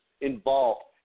involved